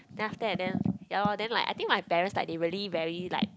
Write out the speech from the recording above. then after and then yalor then like I think my parents like they really rarely like